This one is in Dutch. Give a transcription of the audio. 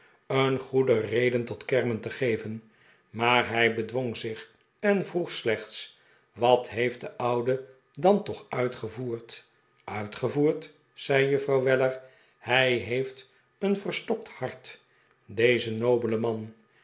een goede reden tot kermen te geven maar hij bedwong zich en vroeg slechts wat heeft de oude dan toch uitgevoerd uitgevoerd zei juffrouw weller hij heeft een verstokt hart deze nobele man